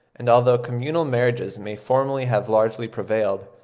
and although communal marriages may formerly have largely prevailed,